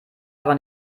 aber